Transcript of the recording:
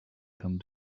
come